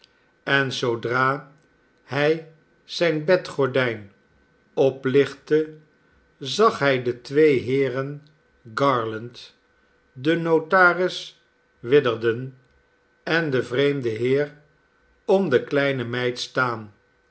en zoodra hij zijn bedgordijn oplichtte zag hij de twee heeren garland den notaris witherden en den vreemden heer om de kleine meid staan